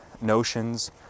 notions